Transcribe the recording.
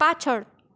પાછળ